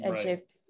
Egypt